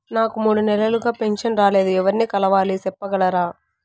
నాకు మూడు నెలలుగా పెన్షన్ రాలేదు ఎవర్ని కలవాలి సెప్పగలరా?